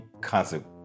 concept